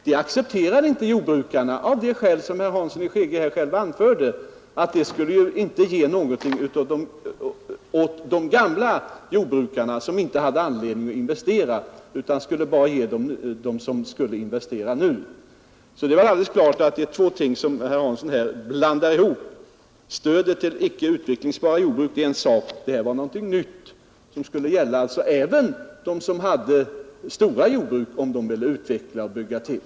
Det accepterade inte jordbrukarna, av de skäl som herr Hansson i Skegrie här själv anförde, nämligen att det inte skulle ge något åt de gamla jordbrukarna, som inte hade anledning att investera, utan endast gynnade dem som skulle investera nu. Det är alltså alldeles klart att herr Hansson blandar ihop två olika frågor. Stödet till icke utvecklingsbara jordbruk är en sak för sig — vad det nu gäller är något nytt, som skulle beröra även storjordbrukare med planer på att göra tillbyggnader.